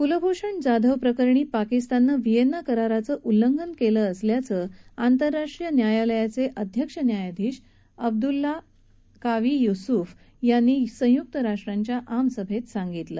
कलभ्षण जाधव प्रकरणी पाकिस्ताननं व्हिएन्ना कराराचं उल्लंघन केलं असल्याचं आंतरराष्ट्रीय न्यायालयाचे अध्यक्ष न्यायाधीश अब्दल कावी यसफ यांनी संय्क्त राष्ट्राच्या आमसभेत सांगितलं